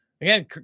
Again